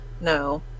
no